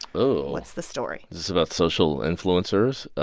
ooh what's the story? is this about social influencers?